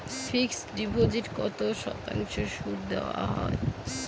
Fixed ডিপোজিটে কত শতাংশ সুদ দেওয়া হয়?